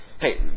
hey